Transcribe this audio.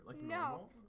No